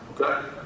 Okay